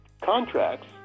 contracts